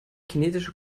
kinetische